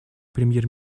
премьер